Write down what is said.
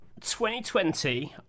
2020